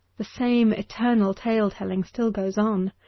the same eternal tale telling still goes on,